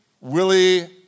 Willie